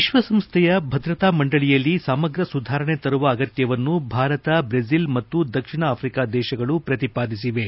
ವಿಶ್ವಸಂಸ್ಥೆಯ ಭದ್ರತಾ ಮಂಡಳಿಯಲ್ಲಿ ಸಮಗ್ರ ಸುಧಾರಣೆ ತರುವ ಅಗತ್ಯವನ್ನು ಭಾರತ ಬ್ರೆಜಿಲ್ ಮತ್ತು ದಕ್ಷಿಣ ಆಫ್ರಿಕಾ ದೇಶಗಳು ಪ್ರತಿಪಾದಿಸಿವೆ